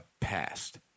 passed